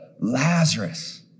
Lazarus